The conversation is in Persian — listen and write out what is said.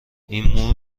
این